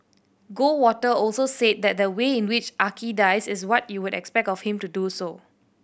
Goldwater also said that the way in which Archie dies is what you would expect of him to do so